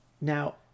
Now